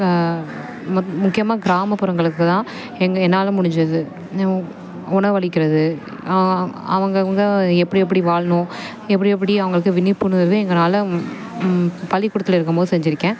முக்கியமாக கிராமபுறங்களுக்கு தான் எங்க என்னால் முடிஞ்சது உணவு அளிக்கிறது அவங்க அவங்க எப்படி எப்படி வாழணும் எப்படி எப்படி அவங்களுக்கு விழிப்புணர்வு எங்களால பள்ளிக்கூடத்தில் இருக்கும் போது செஞ்சுருக்கேன்